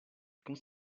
quand